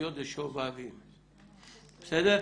לבדוק